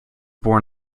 born